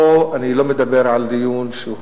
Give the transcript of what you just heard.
פה אני לא מדבר על דיון שהוא